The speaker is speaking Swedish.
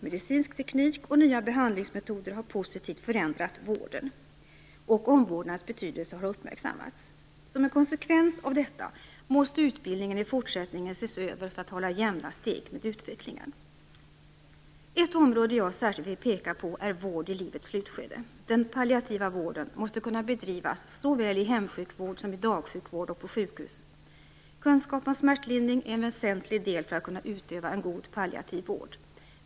Medicinsk teknik och nya behandlingsmetoder har positivt förändrat vården, och omvårdnadens betydelse har uppmärksammats. Som en konsekvens av detta måste utbildningen i fortsättningen ses över för att man skall kunna hålla jämna steg med utvecklingen. Ett område som jag särskilt vill peka på är vård i livets slutskede. Den palliativa vården måste kunna bedrivas såväl i hemsjukvård som i dagsjukvård och på sjukhus. Kunskap om smärtlindring är en väsentlig del för att man skall kunna utöva en god palliativ vård.